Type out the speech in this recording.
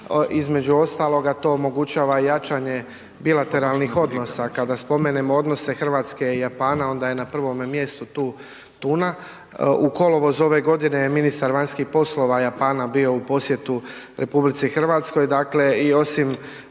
Između ostaloga, to omogućava i jačanje bilateralnih odnosa, kada spomenemo odnose Hrvatske i Japana, onda je na prvome mjestu tu tuna, u kolovozu ove godine je ministar vanjskih poslova Japana bio u posjetu RH, dakle i osim